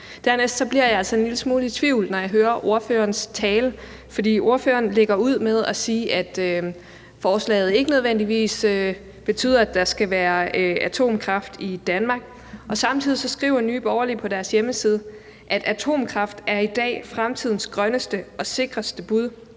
en lille smule i tvivl, når jeg hører ordførerens tale. For ordføreren lægger ud med at sige, at forslaget ikke nødvendigvis betyder, at der skal være atomkraft i Danmark. Samtidig skriver Nye Borgerlige på deres hjemmeside: Atomkraft er i dag fremtidens grønneste og sikreste bud